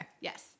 Yes